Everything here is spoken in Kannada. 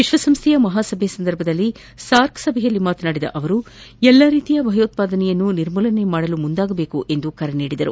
ವಿಶ್ವಸಂಸ್ಥೆಯ ಮಹಾಸಭೆ ಸಂದರ್ಭದಲ್ಲಿ ಸಾರ್ಕ್ ಸಭೆಯಲ್ಲಿ ಮಾತನಾಡಿದ ಅವರು ಎಲ್ಲಾ ರೀತಿಯ ಭಯೋತ್ವಾದನೆಯನ್ನು ನಿರ್ಮೂಲನೆ ಮಾಡಲು ಮುಂದಾಗಬೇಕು ಎಂದು ಕರೆ ನೀಡಿದರು